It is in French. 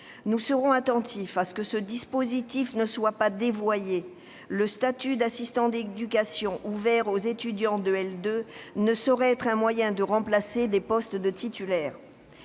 Nous serons attentifs à ce que ce dispositif ne soit pas dévoyé. Le statut d'assistant d'éducation, ouvert aux étudiants de L2, ne saurait être un moyen de remplacer des titulaires.